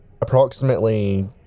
Approximately